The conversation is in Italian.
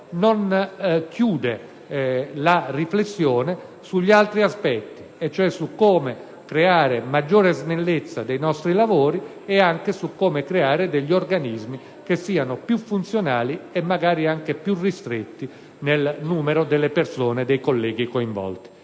non chiude la riflessione sugli altri aspetti, come lo snellimento dei nostri lavori ed anche la creazione di organismi che siano più funzionali e magari anche più ristretti nel numero delle persone e dei colleghi coinvolti.